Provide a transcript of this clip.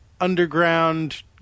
underground